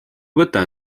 võta